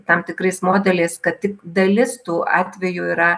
tam tikrais modeliais kad tik dalis tų atvejų yra